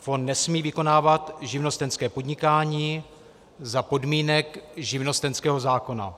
Fond nesmí vykonávat živnostenské podnikání za podmínek živnostenského zákona.